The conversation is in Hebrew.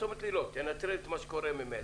את אומרת לי, לא, תנטרל את מה שקורה ממילא.